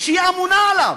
שהיא אמונה עליו.